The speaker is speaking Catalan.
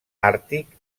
àrtic